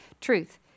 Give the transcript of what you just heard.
truth